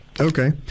okay